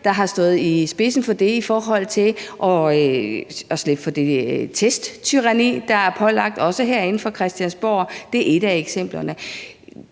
Medom, stået i spidsen for det i forhold til at slippe for det testtyranni, der er pålagt også herinde fra Christiansborg. Det er et af eksemplerne.